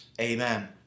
Amen